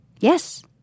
Yes